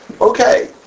Okay